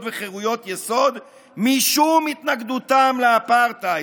וחירויות יסוד משום התנגדותם לאפרטהייד.